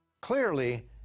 Clearly